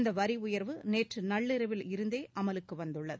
இந்த வரி உயர்வு நேற்று நள்ளிரவிலிருந்தே அமலுக்கு வந்துள்ளது